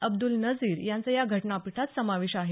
अब्दुल नजीर यांचा या घटनापीठात समावेश आहे